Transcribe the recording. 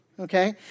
okay